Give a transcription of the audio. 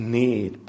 need